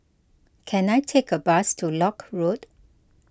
can I take a bus to Lock Road